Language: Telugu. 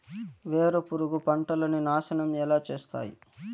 వేరుపురుగు పంటలని నాశనం ఎలా చేస్తాయి?